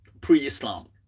pre-Islam